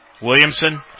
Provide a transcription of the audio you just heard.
Williamson